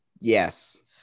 Yes